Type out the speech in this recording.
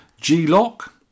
G-Lock